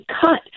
cut